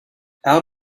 out